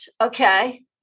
Okay